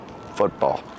football